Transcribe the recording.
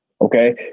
Okay